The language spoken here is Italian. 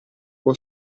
può